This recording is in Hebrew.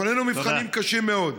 לפנינו מבחנים קשים מאוד.